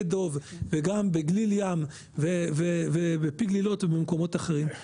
דב וגם בגליל ים ופי גלילות ובמקומות אחרים,